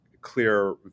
clear